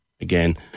again